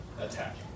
attack